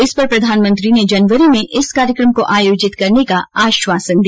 इस पर प्रधानमंत्री ने जनवरी में इस कार्यक्रम को आर्योजित करने का आवश्वासन दिया